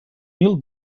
mil